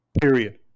Period